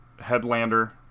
Headlander